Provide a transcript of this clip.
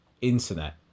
internet